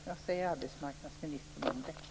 Vad säger arbetsmarknadsministern om det?